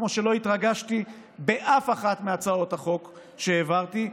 כמו שלא התרגשתי באף אחת מהצעות החוק שהעברתי,